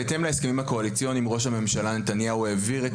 בהתאם להסכמים הקואליציוניים ראש הממשלה נתניהו העביר את